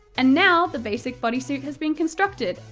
and now, the basic bodysuit has been constructed!